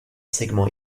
segment